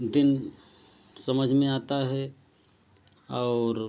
दिन समझ में आता है और